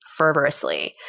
fervorously